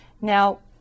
Now